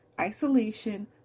isolation